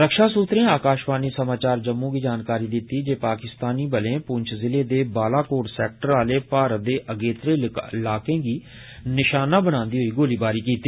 रक्षा सूत्रे आकाशवाणी समाचार जम्मू गी जानकारी दित्ती ऐ जे पाकिस्तानी बले पुंछ ज़िले दे बालाकोट सैक्टर आले भारत दे अगेत्रे इलाकें गी निशाना बनान्दे होई गोलीबारी कीती